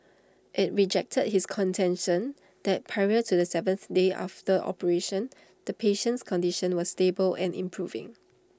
IT rejected his contention that prior to the seventh day after operation the patient's condition was stable and improving